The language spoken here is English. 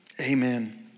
Amen